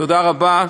תודה רבה.